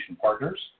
Partners